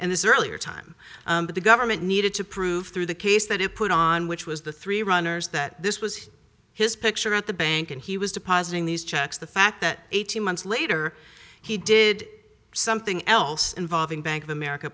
in this earlier time the government needed to prove through the case that it put on which was the three runners that this was his picture at the bank and he was depositing these checks the fact that eighteen months later he did something else involving bank of america